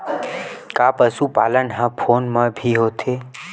का पशुपालन ह फोन म भी होथे?